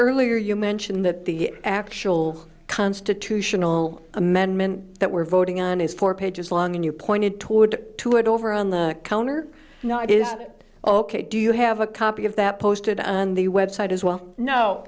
earlier you mentioned that the actual constitutional amendment that we're voting on is four pages long and you pointed toward to it over on the kellner now it is ok do you have a copy of that posted on the website as well no